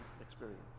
experience